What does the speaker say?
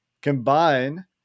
combine